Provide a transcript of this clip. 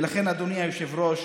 ולכן, אדוני היושב-ראש,